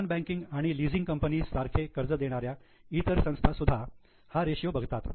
non banking आणि leasing कंपनीस सारखे कर्ज देणाऱ्या इतर संस्था सुधा हा रेशियो बघतात